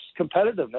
competitiveness